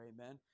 amen